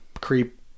creep